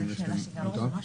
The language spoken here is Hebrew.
ממש לא.